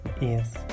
Yes